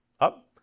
up